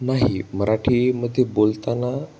नाही मराठीमध्ये बोलताना